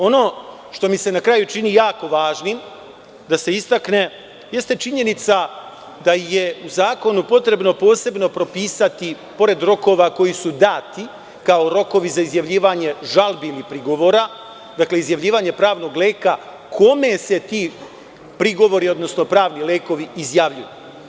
Ono što mi se na kraju čini jako važnim da se istakne jeste činjenica da je u zakonu potrebno posebno propisati, pored rokova koji su dati kao rokovi za izjavljivanje žalbi ili prigovora, izjavljivanje pravnog leka, kome se ti prigovori, odnosno pravni lekovi izjavljuju.